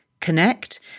Connect